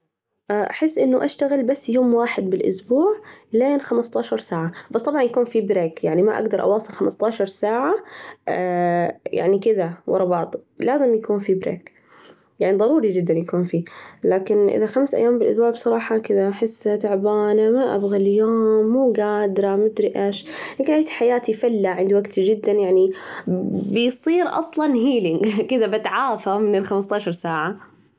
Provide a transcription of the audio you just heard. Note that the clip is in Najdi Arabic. أحس إنه أشتغل بس يوم واحد في الأسبوع لين خمسةعشر ساعة بس طبعاً يكون في بريك، يعني ما أقدر أواصل خمسة عشر ساعة يعني كذا ورا بعضه لازم يكون في بريك، يعني ضروري جداً يكون في، لكن إذا خمس أيام في الأسبوع، بصراحة كده أحس تعبانة ما أبغى اليوم مو قادرة، مدري إيش، أجعد حياتي فلة عند وقتي جداً ،يعني بيصير أصلاً كده بتعافى من الخمسة عشر ساعة.